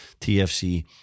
TFC